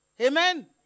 Amen